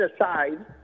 aside